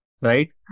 right